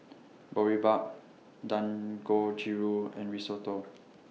Boribap Dangojiru and Risotto